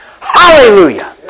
Hallelujah